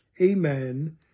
amen